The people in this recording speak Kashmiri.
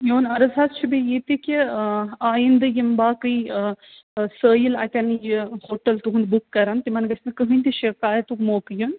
میٛون عرض حظ چھُ بیٚیہِ یہِ تہِ کہِ ٲں آیندٕ یِم باقی ٲں سٲیِل اَتیٚن یہِ ہوٹل تُہُنٛد بُک کَرَن تِمَن گَژھہِ نہٕ کٕہٲنۍ تہِ شِکایتُک موقعہٕ یُن